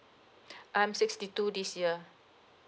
I'm sixty two this year